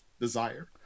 desire